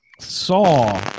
saw